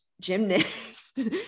gymnast